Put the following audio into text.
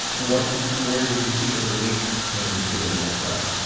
what, where did you see the relief? in being on that drug?